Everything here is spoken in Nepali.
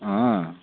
अँ